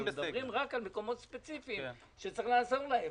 אנחנו מדברים רק על מקומות ספציפיים שצריך לעזור להם,